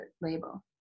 label